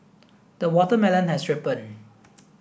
the watermelon has ripen